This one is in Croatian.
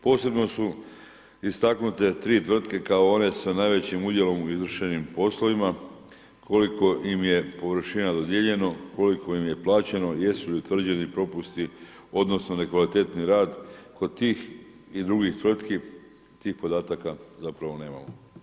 Posebno su istaknute tri tvrtke kao one sa najvećim udjelom u izvršenim poslovima koliko im je površina dodijeljeno, koliko im je plaćeno, jesu li utvrđeni propusti, odnosno nekvalitetni rad kod tih i drugih tvrtki tih podataka zapravo nemamo.